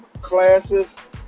classes